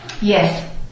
yes